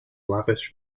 lavish